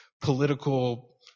political